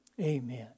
Amen